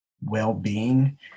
well-being